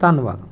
ਧੰਨਵਾਦ